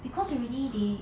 because already they